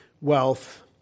wealth